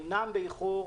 אומנם באיחור,